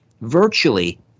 virtually